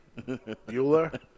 Bueller